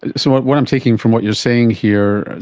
so what what i'm taking from what you're saying here,